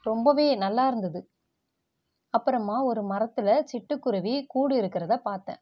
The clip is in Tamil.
ரொம்பவே நல்லா இருந்தது அப்புறமா ஒரு மரத்தில் சிட்டுக்குருவி கூடு இருக்கிறதைப் பார்த்தேன்